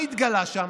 מה התגלה שם?